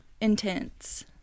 intense